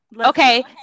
Okay